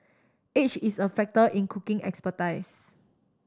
age is a factor in cooking expertise